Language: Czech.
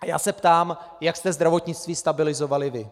A já se ptám, jak jste zdravotnictví stabilizovali vy.